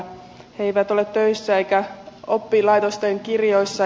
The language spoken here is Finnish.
he eivät ole töissä eivätkä oppilaitosten kirjoissa